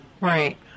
Right